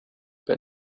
but